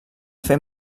fer